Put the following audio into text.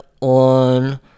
on